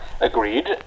Agreed